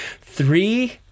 three